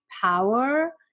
power